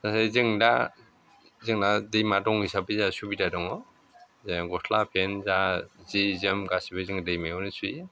ओरै जों दा जोंना दैमा दं हिसाबै जोंहा सुबिदा दङ जों गस्ला पेन्ट जा सि जोम गासैबो जोङो दैमायावनो सुयो